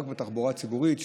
רק התחבורה הציבורית,